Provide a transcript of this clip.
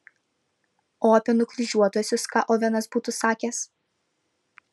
o apie nukryžiuotuosius ką ovenas būtų sakęs